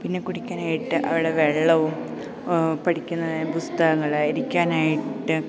പിന്നെ കുടിക്കാനായിട്ട് അവിടെ വെള്ളവും പഠിക്കാന് പുസ്തകങ്ങള് ഇരിക്കാനായിട്ട്